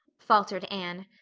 faltered anne.